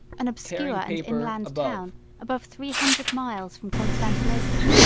an obscure and in land town above three hundred miles from constantinople.